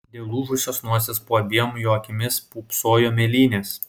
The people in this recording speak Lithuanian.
dėl lūžusios nosies po abiem jo akimis pūpsojo mėlynės